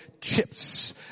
chips